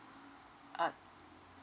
uh